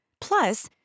Plus